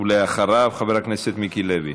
אחריו, חבר הכנסת מיקי לוי.